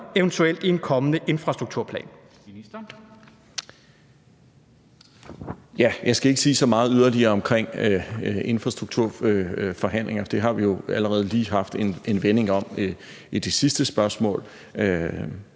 eventuelt i en kommende infrastrukturplan?